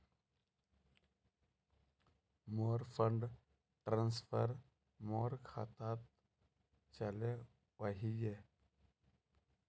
मोर fund transfer मोर खातात चले वहिये